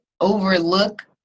overlook